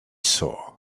saw